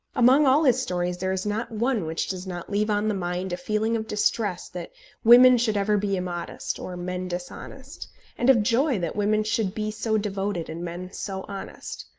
among all his stories there is not one which does not leave on the mind a feeling of distress that women should ever be immodest or men dishonest and of joy that women should be so devoted and men so honest.